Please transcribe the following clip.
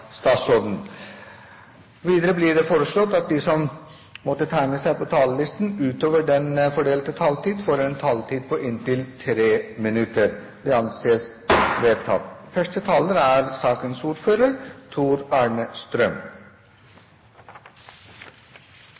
Videre blir det foreslått at de som måtte tegne seg på talerlisten utover den fordelte taletid, får en taletid på inntil 3 minutter. – Det anses vedtatt.